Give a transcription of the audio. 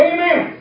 Amen